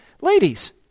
Ladies